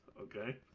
okay